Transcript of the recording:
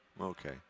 Okay